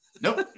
Nope